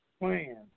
plan